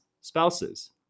spouses